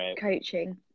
coaching